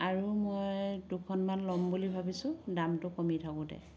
আৰু মই দুখনমান ল'ম বুলি ভাবিছোঁ দামটো কমি থাকোতে